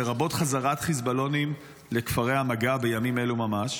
לרבות חזרת חיזבאללונים לכפרי המגע בימים אלה ממש.